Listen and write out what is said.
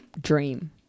dream